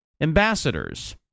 ambassadors